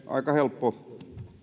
aika helppo